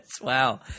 Wow